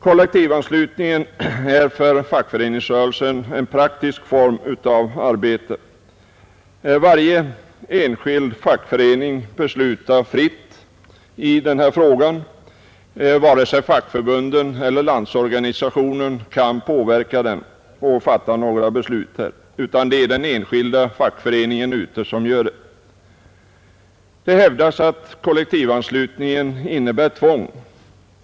Kollektivanslutningen är för fackföreningsrörelsen en praktisk arbetsform. Varje enskild fackförening beslutar fritt i denna fråga, och varken fackförbunden eller Landsorganisationen kan påverka den i dess beslut. Det hävdas att kollektivanslutningen innebär tvång.